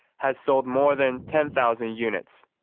has sold more than ten thousand units.